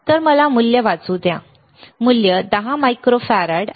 तर मला मूल्य वाचू द्या मूल्य 10 मायक्रोफार्ड आहे